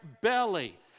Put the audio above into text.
belly